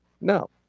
No